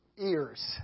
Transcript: ears